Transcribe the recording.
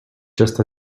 just